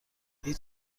هیچ